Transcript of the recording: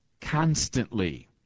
constantly